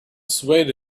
swayed